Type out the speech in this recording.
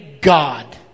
God